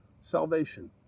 salvation